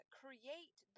create